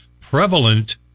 prevalent